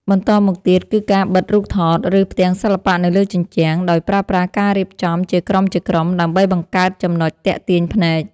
បន្តមកទៀត គឺការបិទរូបថត ឬផ្ទាំងសិល្បៈនៅលើជញ្ជាំង ដោយប្រើប្រាស់ការរៀបចំជាក្រុមៗដើម្បីបង្កើតចំណុចទាក់ទាញភ្នែក។